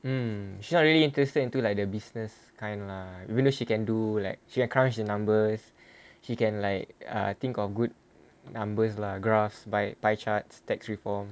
mm she's not really interested into like the business kind lah I mean she can do like she encouraged the numbers she can like I think got good numbers lah graphs by by chart tax reform